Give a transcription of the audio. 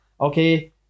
okay